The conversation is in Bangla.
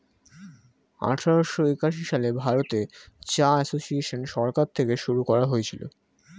আঠারোশো একাশি সালে ভারতে চা এসোসিয়েসন সরকার থেকে শুরু করা হয়েছিল